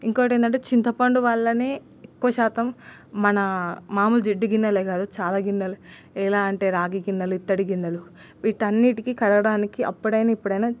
ఇంకోటేందంటే చింతపండు వల్లనే ఎక్కువ శాతం మన మాములు జిడ్డు గిన్నెలే కాదు చాలా గిన్నెలు ఎలా అంటే రాగి గిన్నెలు ఇత్తడి గిన్నెలు వీటన్నిటికి కడగడానికి అప్పుడయిన ఇప్పుడయిన